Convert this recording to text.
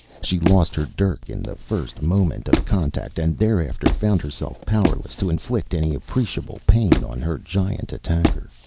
she lost her dirk in the first moment of contact, and thereafter found herself powerless to inflict any appreciable pain on her giant attacker.